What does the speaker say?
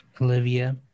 olivia